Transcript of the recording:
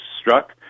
struck